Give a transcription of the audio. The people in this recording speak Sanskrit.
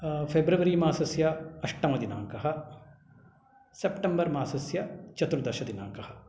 फ़ेब्रवरि मासस्य अष्टमदिनाङ्कः सेप्टेम्बर् मासस्य चतुर्दशदिनाङ्कः